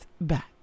back